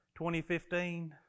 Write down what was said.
2015